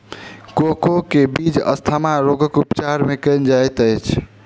cocoa के बीज asthma रोगक उपचार मे कयल जाइत अछि